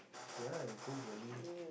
ya I go bowling